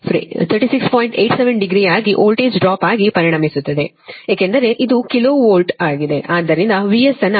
87 degree ಆಗಿ voltage drop ಆಗಿ ಪರಿಣಮಿಸುತ್ತದೆ ಸರಿನಾ ಏಕೆಂದರೆ ಇದು ಕಿಲೋ ವೋಲ್ಟ್ ಆಗಿದೆ ಆದ್ದರಿಂದ VS ಅನ್ನು ಪಡೆಯುತ್ತೀರಿ 87